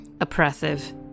oppressive